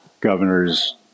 Governor's